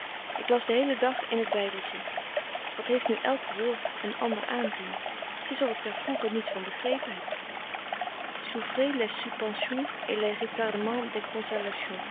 ik las den heelen dag in het bijbeltje wat heeft nu elk woord een ander aanzien t is of ik er vroeger niets van begrepen heb soufrez les